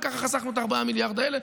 וככה חסכנו את ה-4 מיליארד האלה,